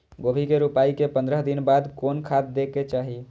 गोभी के रोपाई के पंद्रह दिन बाद कोन खाद दे के चाही?